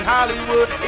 Hollywood